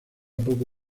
poco